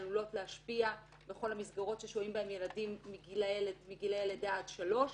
עלולות להשפיע בכל המסגרות ששוהים בהם ילדים מגילאי לידה עד שלוש,